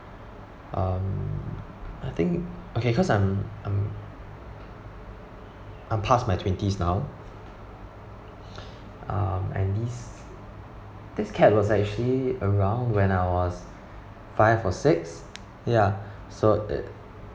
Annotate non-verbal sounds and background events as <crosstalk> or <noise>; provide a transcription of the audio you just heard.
um I think okay cause I'm I'm uh past my twenties now <breath> um at least this cat was actually around when I was five or six ya <breath> so it